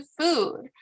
food